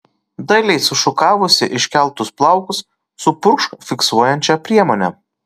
dailiai sušukavusi iškeltus plaukus supurkšk fiksuojančia priemone